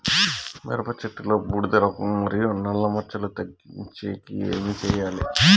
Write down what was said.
మిరప చెట్టులో బూడిద రోగం మరియు నల్ల మచ్చలు తగ్గించేకి ఏమి చేయాలి?